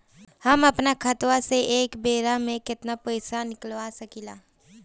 हम आपन खतवा से एक बेर मे केतना पईसा निकाल सकिला?